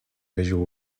visual